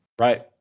Right